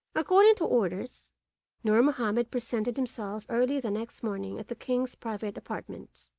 according to orders nur mahomed presented himself early the next morning at the king's private apartments.